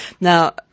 now